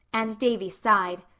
and davy sighed.